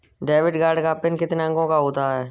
Debit card का PIN कितने अंकों का होता है?